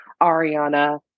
Ariana